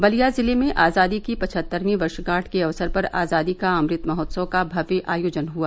बलिया जिले में आजादी की पचहत्तरवीं वर्षगांठ के अवसर पर आजादी का अमृत महोत्सव का भव्य आयोजन हआ